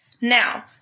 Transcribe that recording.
Now